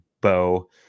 bow